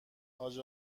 حاج